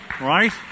right